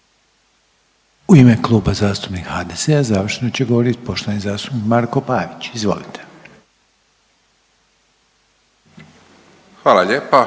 U ime Kluba zastupnika HDZ-a završno će govoriti poštovani zastupnik Marko Pavić. Izvolite. **Pavić,